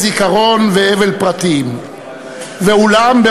יום הזיכרון לחללי מערכות ישראל ופעולות האיבה זהו יום ד'